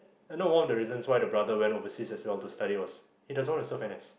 I know one of the reasons why the brother went overseas as well to study was he doesn't want to serve N_S